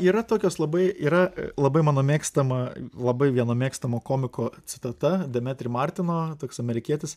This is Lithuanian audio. yra tokios labai yra labai mano mėgstama labai vieno mėgstamo komiko citata demetri martino toks amerikietis